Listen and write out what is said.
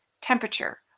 temperature